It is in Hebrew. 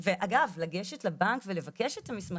אגב, לגשת לבנק ולבקש את המסמכים,